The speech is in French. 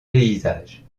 paysages